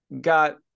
got